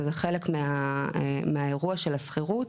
וזה חלק מהאירוע של השכירות.